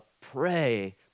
Pray